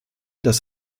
das